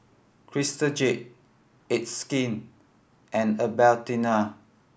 Crystal Jade It's Skin and Albertini